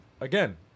Again